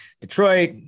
Detroit